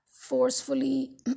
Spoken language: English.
forcefully